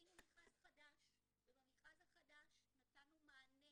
עשינו מכרז חדש ובמכרז החדש נתנו מענה